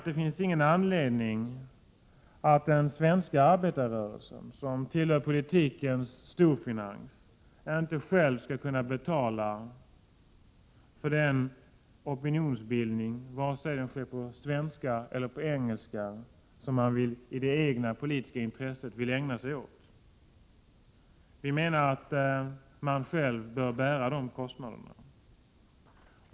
Det finns ingen anledning för den svenska arbetarrörelsen, som tillhör politikens storfinans, att inte själv betala för den opinionsbildning, vare sig den sker på svenska eller på engelska, som man i det egna politiska intresset vill ägna sig åt. Man bör själv bära de kostnaderna.